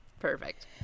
Perfect